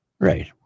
Right